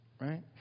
right